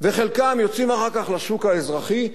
וחלקם יוצאים אחר כך לשוק האזרחי.